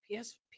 PS